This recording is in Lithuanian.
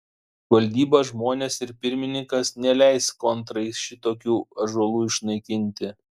valdyba žmonės ir pirmininkas neleis kontrai šitokių ąžuolų išnaikinti